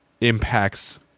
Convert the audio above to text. impacts